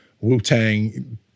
Wu-Tang